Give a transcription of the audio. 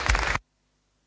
Hvala